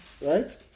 Right